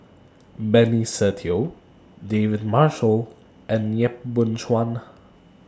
Benny Se Teo David Marshall and Yap Boon Chuan